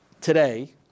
today